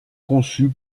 conçue